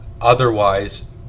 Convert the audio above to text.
Otherwise